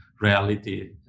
reality